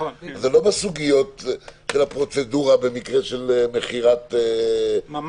זה לא בסוגיות של הפרוצדורה במקרה של מכירת --- נדל"ן.